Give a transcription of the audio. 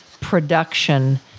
production